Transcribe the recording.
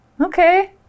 okay